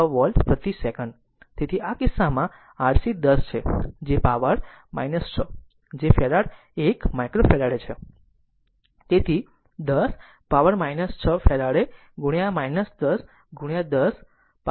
તેથી આ કિસ્સામાં rc 10 છે પાવર 6 જે ફેરાડ 1 માઇક્રોફેરાડે છે તેથી 10 પાવર 6 ફેરાડ 10 10 વીજળી 6